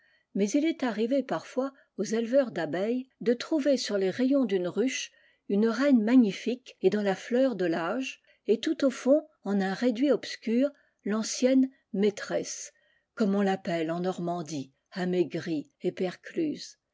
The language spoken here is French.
mais il est arrivé parfois aux éleveurs d'abeilles de trouver sur les rayons d'une ruche une reine magnifique et dans la fleur de l'âge et tout au fond en un réduit obscur l'ancienne maîtresse comme on l'appelle en normandie amaigrie et percluse